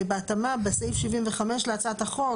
ובהתאמה בסעיף 75 להצעת החוק,